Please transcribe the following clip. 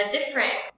different